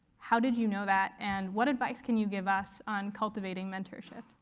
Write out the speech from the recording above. how did you know that, and what advice can you give us on cultivating mentorship?